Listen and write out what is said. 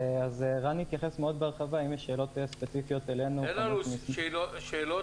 אם יש שאלות ספציפיות אלינו --- אין לנו שאלות,